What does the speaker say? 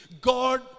God